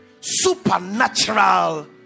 supernatural